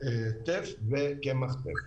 טף ועל קמח טף